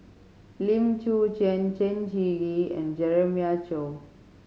Lim Chwee Chian Chen Shiji and Jeremiah Choy